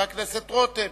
חבר הכנסת רותם.